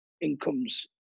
incomes